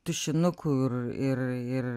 tušinuku ir ir ir